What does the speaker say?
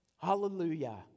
Hallelujah